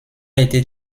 été